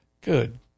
good